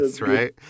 right